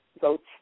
votes